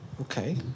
Okay